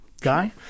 Guy